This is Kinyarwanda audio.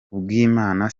kubwimana